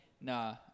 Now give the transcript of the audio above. Nah